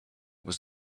was